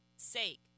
sake